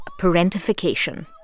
parentification